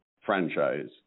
franchise